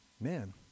man